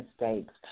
mistakes